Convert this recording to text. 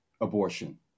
abortion